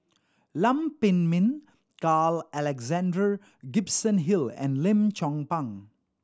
Lam Pin Min Carl Alexander Gibson Hill and Lim Chong Pang